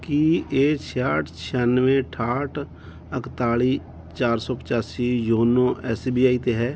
ਕੀ ਇਹ ਛਿਆਹਠ ਛਿਆਨਵੇਂ ਅਠਾਹਠ ਇੱਕਤਾਲੀ ਚਾਰ ਸੌ ਪਚਾਸੀ ਯੋਨੋ ਐਸ ਬੀ ਆਈ 'ਤੇ ਹੈ